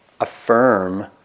affirm